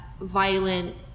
violent